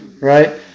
right